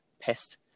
pest